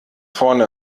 vorne